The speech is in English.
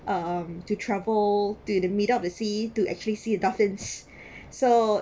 um to travel to the middle of the sea to actually see dolphins so